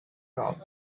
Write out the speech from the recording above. top